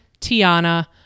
Tiana